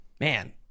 Man